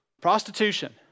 prostitution